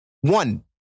One